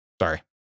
Sorry